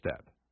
step